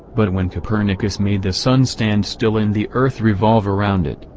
but when copernicus made the sun stand still and the earth revolve around it,